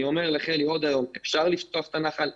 אני אומר לחלי עוד היום שאפשר לפתוח את הנחל,